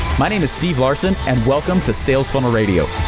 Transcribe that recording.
my name is steve larsen and welcome to sales funnel radio.